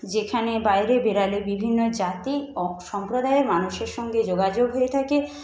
যেখানে বাইরে বেরালে বিভিন্ন জাতি ও সম্প্রদায়ের মানুষের সঙ্গে যোগাযোগ হয়ে থাকে